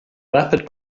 rapid